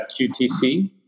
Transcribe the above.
QTC